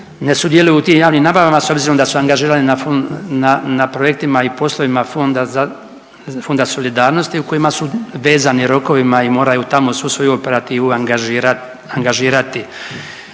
ne sudjeluju u tim javnim nabavama s obzirom da su angažirane na projektima i poslovima Fonda za, Fonda solidarnosti u kojima su vezani rokovima i moraju tamo svu svoju operativu angažirati.